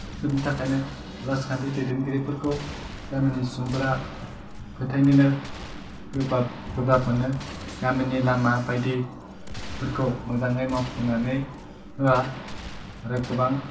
बेफोरनि थाखायनो राजखान्थि दैदेनगिरिफोरखौ गामिनि सुबुंफोरा फोथायनोनो गोबाब गोब्राब मोनो गामिनि लामा बायदिफोरखौ मोजाङै मावफुंनानै होवा आरो गोबां